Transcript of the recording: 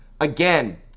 Again